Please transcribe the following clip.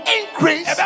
increase